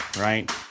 Right